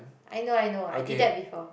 I know I know I did that before